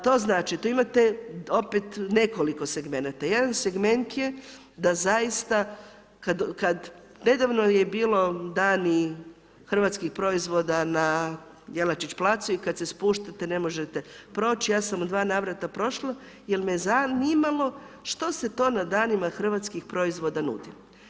To znači, tu imate opet nekoliko segment, jedna segment je da zaista kad nedavno je bilo Dani hrvatskih proizvoda na Jelačić placu i kad se spuštate, ne možete proći, ja sam u dva navrata prošla jer me zanimalo što se to na danima hrvatskih proizvoda nudi.